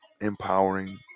empowering